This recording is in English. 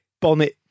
bonnet